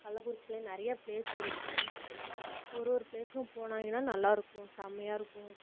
கள்ளக்குறிச்சியில் நிறைய பிளேஸ் இருக்குது ஒரு ஒரு பிளேஸுக்கும் போனாங்கனால் நல்லாயிருக்கும் செமையாக இருக்கும்